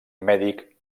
mèdic